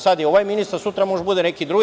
Sada je ovaj ministar, a sutra može da bude neki drugi.